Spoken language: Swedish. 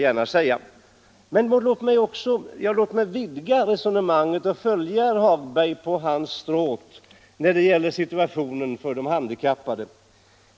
område Låt mig vidga resonemanget och följa herr Hagberg på hans stråt när det gäller situationen för de handikappade.